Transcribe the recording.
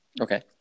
Okay